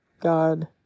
God